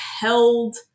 held